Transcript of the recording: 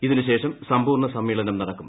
ഇതിനുശേഷം സമ്പൂർണ്ണ സമ്മേളനം നടക്കും